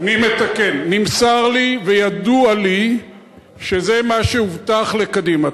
אני מתקן: נמסר לי וידוע לי שזה מה שהובטח לקדימה.